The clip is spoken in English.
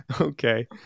Okay